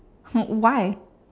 why